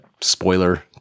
spoiler